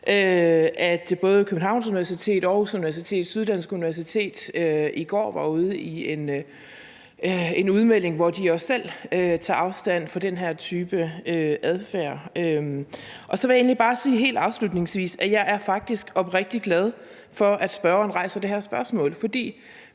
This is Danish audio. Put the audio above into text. at både Københavns Universitet, Aarhus Universitet og Syddansk Universitet i går var ude med en udmelding, hvor de også selv tager afstand fra den her type adfærd. Så vil jeg egentlig bare sige helt afslutningsvis, at jeg faktisk er oprigtig glad for, at spørgeren rejser det her spørgsmål,